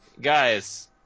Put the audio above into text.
Guys